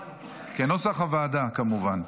בבקשה, כנוסח הוועדה, כמובן.